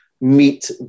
meet